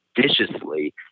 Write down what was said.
viciously